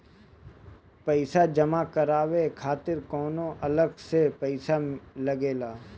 पईसा जमा करवाये खातिर कौनो अलग से पईसा लगेला?